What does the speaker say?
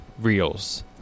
reels